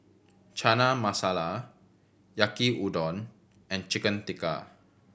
Chana Masala Yaki Udon and Chicken Tikka